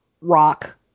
rock